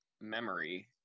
memory